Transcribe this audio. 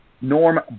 Norm